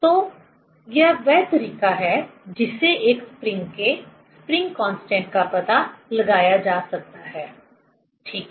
तो यह वह तरीका है जिससे एक स्प्रिंग के स्प्रिंग कांस्टेंट का पता लगाया जा सकता है ठीक है